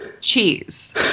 cheese